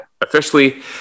officially